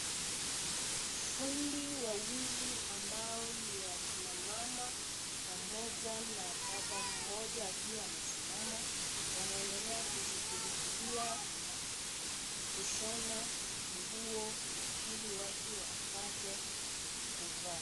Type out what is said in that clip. Fundi wawili ambao ni akina mama, pamoja na baba mmoja akiwa amesimama, wanaendelea kushughulikia kushona nguo ili watu wapate kuvaa.